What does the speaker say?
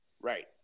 Right